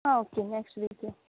हां okay next week यो